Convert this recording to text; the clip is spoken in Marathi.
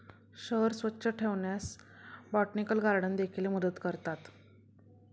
शहर स्वच्छ ठेवण्यास बोटॅनिकल गार्डन देखील मदत करतात